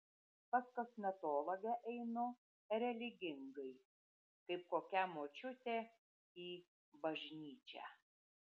pas kosmetologę einu religingai kaip kokia močiutė į bažnyčią